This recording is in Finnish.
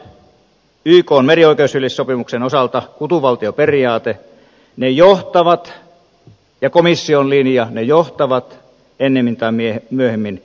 iso linja ykn merioikeusyleissopimuksen osalta kutuvaltioperiaate ja komission linja johtavat ennemmin tai myöhemmin tämän linjan muutokseen